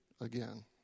again